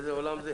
איזה עולם זה?